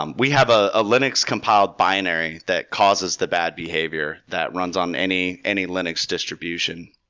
um we have a ah linux compiled binary that causes the bad behavior that runs on any any linux distribution,